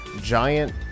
giant